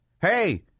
hey